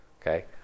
Okay